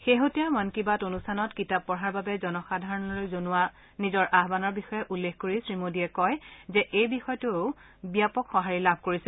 শেহতীয়া মন কী বাত অনুষ্ঠানত কিতাপ পঢ়াৰ বাবে জনসাধাৰণলৈ জনোৱা নিজৰ আহানৰ বিষয়ে উল্লেখ কৰি শ্ৰীমোদীয়ে কয় যে এই বিষয়টোৱেও ব্যাপক সঁহাৰি লাভ কৰিছে